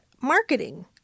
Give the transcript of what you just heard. marketing